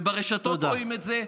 וברשתות רואים את זה,